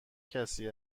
کسی